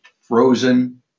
frozen